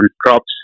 crops